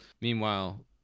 Meanwhile